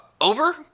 over